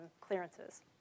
clearances